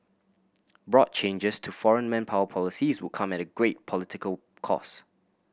broad changes to foreign manpower policies would come at great political cost